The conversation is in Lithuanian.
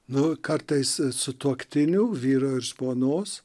na kartais sutuoktinių vyro ir žmonos